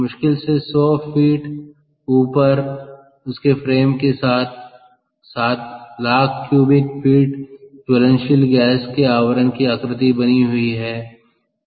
मुश्किल से 100 फीट ऊपर संदर्भ समय 1716 उसके फ्रेम के साथ सात लाख क्यूबिक फीट ज्वलनशील गैस के आवरण की आकृति बनी हुई है संदर्भ समय 1720